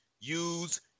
use